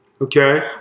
okay